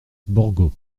borgo